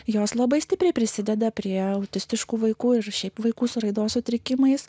jos labai stipriai prisideda prie autistiškų vaikų ir šiaip vaikų su raidos sutrikimais